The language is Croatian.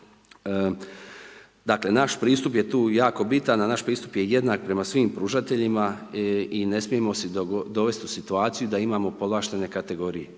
Dakle, naš pristup je tu jako bitan, a naš pristup jednak prema svim pružateljima i ne smijemo se dovest u situaciju da imamo povlaštene kategorije,